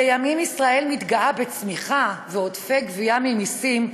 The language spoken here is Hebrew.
בימים שבהם ישראל מתגאה בצמיחה ובעודפי גבייה ממיסים,